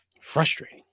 Frustrating